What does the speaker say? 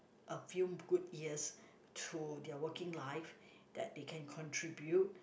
a few good years to their working life that they can contribute